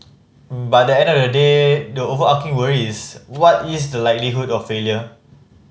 but end of the day the overarching worry is what is the likelihood of failure